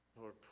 Lord